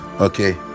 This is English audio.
okay